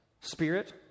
Spirit